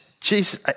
Jesus